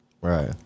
right